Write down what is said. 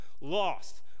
lost